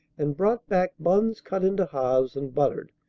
and brought back buns cut into halves and buttered,